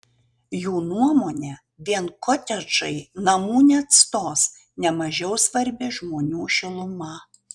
jų nuomone vien kotedžai namų neatstos ne mažiau svarbi žmonių šiluma